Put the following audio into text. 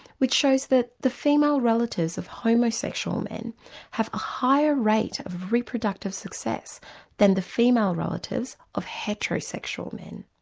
which shows that the female relatives of homosexual men have a higher rate of reproductive success than the female relatives of heterosexual men.